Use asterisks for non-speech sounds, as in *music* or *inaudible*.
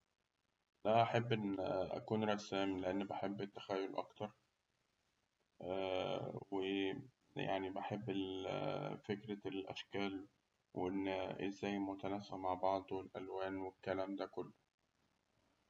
لا هأحب إن أكون رسام لأن بحب التخيل أكتر، و *hesitation* بحب ال *hesitation* فكرة الأشكال وإن إزاي متناسقة مع بعض، والألوان والكلام ده كله.